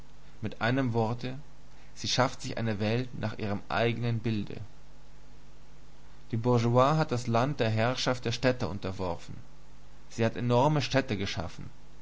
mit einem wort sie schafft sich eine welt nach ihrem eigenen bilde die bourgeoisie hat das land der herrschaft der stadt unterworfen sie hat enorme städte geschaffen